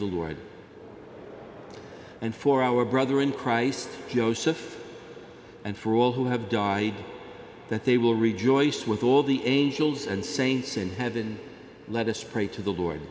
the lord and for our brother in christ joseph and for all who have died that they will rejoice with all the angels and saints in heaven let us pray to the lord